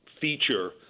feature